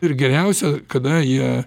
ir geriausia kada jie